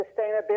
sustainability